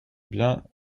bien